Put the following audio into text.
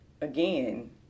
Again